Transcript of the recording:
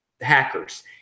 hackers